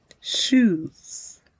shoes